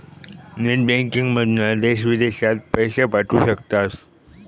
net बँकिंगमधना देश विदेशात पैशे पाठवू शकतास